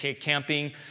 camping